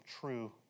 true